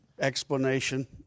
explanation